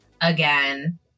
again